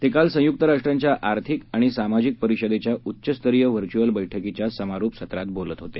ते काल संयुक्त राष्ट्रांच्या आर्थिक आणि सामाजिक परिषदेच्या उच्चस्तरीय व्हर्पुअल बैठकीच्या समारोप सत्रात बोलत होते